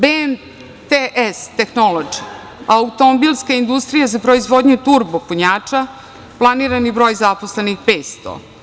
BMTS tehnolodži“ automobilska industrija za proizvodnju turbo punjača, planirani broj zaposlenih 500.